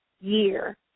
year